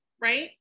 Right